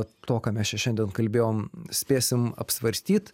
to ką mes čia šiandien kalbėjom spėsim apsvarstyt